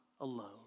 alone